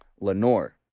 Lenore